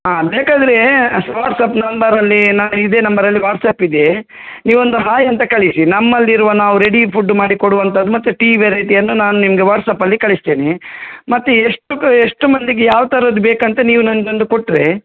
ಹಾಂ ಬೇಕಾದರೆ ವಾಟ್ಸ್ಅಪ್ ನಂಬರಲ್ಲಿ ನಾನು ಇದೇ ನಂಬರಲ್ಲಿ ವಾಟ್ಸ್ಅಪ್ ಇದೆ ನೀವೊಂದು ಹಾಯ್ ಅಂತ ಕಳಿಸಿ ನಮ್ಮಲ್ಲಿರುವ ನಾವು ರೆಡಿ ಫುಡ್ ಮಾಡಿ ಕೊಡುವಂಥದ್ದು ಮತ್ತೆ ಟೀ ವೆರೈಟಿಯನ್ನು ನಾನು ನಿಮಗೆ ವಾಟ್ಸಪ್ಪಲ್ಲಿ ಕಳಿಸ್ತೇನೆ ಮತ್ತೆ ಎಷ್ಟು ಕ ಎಷ್ಟು ಮಂದಿಗೆ ಯಾವ ಥರದ್ದು ಬೇಕಂತ ನೀವು ನನಗೊಂದು ಕೊಟ್ಟರೆ